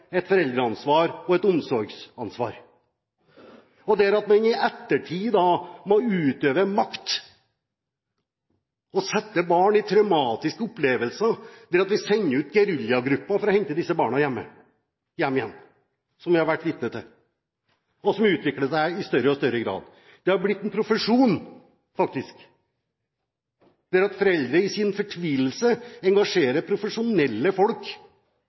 og omsorgsansvaret. Og så må en i ettertid utøve makt og gi barn traumatiske opplevelser ved at vi sender ut geriljagrupper for å hente disse barna hjem igjen, som vi har vært vitne til, og som utvikler seg i større og større grad. Det har blitt en profesjon, faktisk, der foreldre i sin fortvilelse engasjerer profesjonelle folk